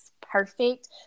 perfect